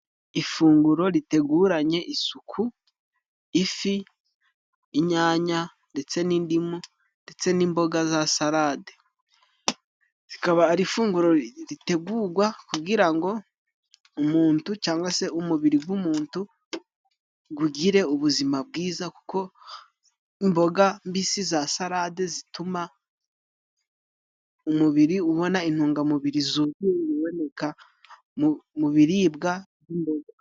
Ifunguro riteguranye isuku ifi, inyanya ndetse n'indimu, ndetse n'imboga za sarade. Zikaba ari ifunguro ritegugwa kugira ngo umuntu, cyangwa se umubiri g'umuntu gugire ubuzima bwiza. Kuko imboga mbisi za sarade zituma umubiri, ubona intungamubiri zuzuye.